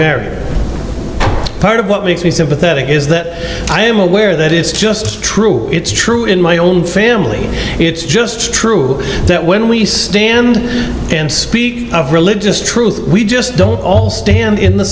they're part of what makes me sympathetic is that i am aware that it's just true it's true in my own family it's just true that when we stand and speak of religious truth we just don't all stand in the